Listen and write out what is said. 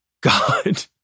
God